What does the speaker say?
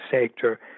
sector